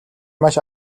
маш